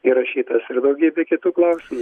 įrašytas ir daugybė kitų klausimų